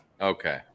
Okay